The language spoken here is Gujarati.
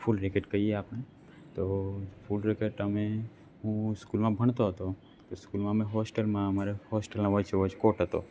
ફૂલ રેકેટ કહીએ આપણે તો ફૂલ રેકેટ અમે હું સ્કૂલમાં ભણતો હતો કે સ્કૂલમાં અમે હોસ્ટેલમાં અમારે હોસ્ટેલમાં વચ્ચોવચ કોર્ટ હતો